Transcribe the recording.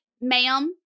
ma'am